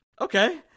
Okay